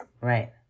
Right